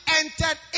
entered